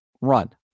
run